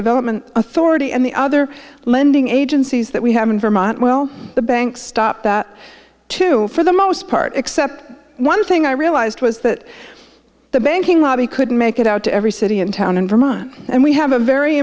development authority and the other lending agencies that we have in vermont will the banks stop that too for the most part except one thing i realized was that the banking lobby couldn't make it out to every city and town in vermont and we have a very